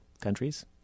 countries